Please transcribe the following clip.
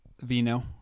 vino